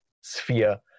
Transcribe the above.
sphere